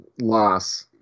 loss